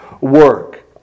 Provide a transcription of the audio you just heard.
work